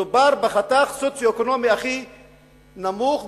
מדובר בחתך סוציו-אקונומי הכי נמוך,